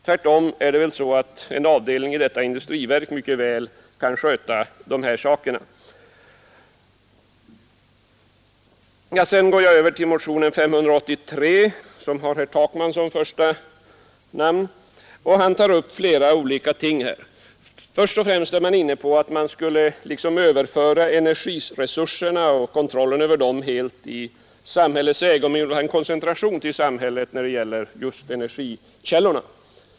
Tvärtom bör en avdelning i detta industriverk mycket väl kunna sköta de här sakerna. Jag går så över till motionen nr 583 med herr Takman som första namn. I den tar man upp flera olika ting. Först och främst är man inne på att kontrollen över energiresurserna helt skulle överföras i samhällets ägo; man vill ha en koncentration till samhället av energikällorna.